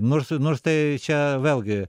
nors nors tai čia vėlgi